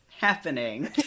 happening